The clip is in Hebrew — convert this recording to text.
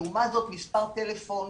לעומת זאת מספר טלפון,